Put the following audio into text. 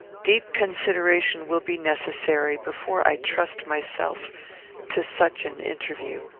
deep consideration will be necessary before i trust myself to such an interview.